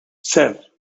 ser